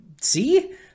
see